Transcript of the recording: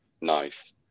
nice